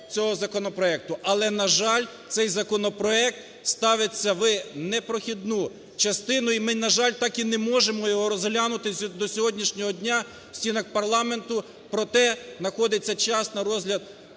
цього законопроекту. Але, на жаль, цей законопроект ставиться в непрохідну частину і ми, на жаль, так і не можемо його розглянути до сьогоднішнього дня в стінах парламенту, проте знаходиться час на розгляд